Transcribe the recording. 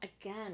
again